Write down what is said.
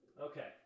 Okay